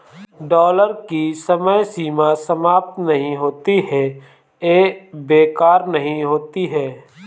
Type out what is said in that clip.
dollar की समय सीमा समाप्त नहीं होती है या बेकार नहीं होती है